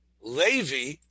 Levi